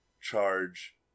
charge